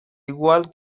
igual